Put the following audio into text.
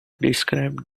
described